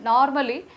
Normally